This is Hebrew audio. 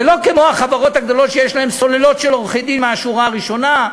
זה לא כמו החברות הגדולות שיש להן סוללות של עורכי-דין מהשורה הראשונה,